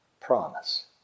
promise